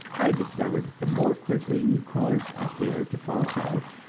i discovered that the more quickly you cause a hair to fall out,